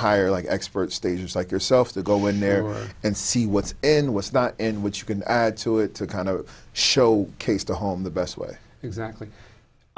hire like experts stages like yourself to go in there and see what's and what's not and what you can add to it to kind of show case to home the best way exactly